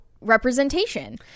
representation